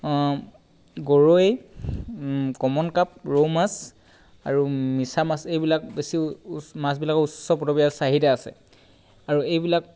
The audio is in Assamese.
গৰৈ কমন কাৰ্প ৰৌ মাছ আৰু মিছা মাছ এইবিলাক বেছি উ মাছবিলাকৰ উচ্চ পদবী আৰু চাহিদা আছে আৰু এইবিলাক